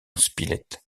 spilett